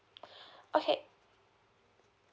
okay